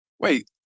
Wait